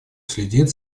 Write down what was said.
следит